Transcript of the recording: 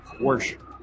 worship